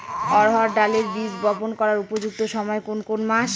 অড়হড় ডালের বীজ বপন করার উপযুক্ত সময় কোন কোন মাস?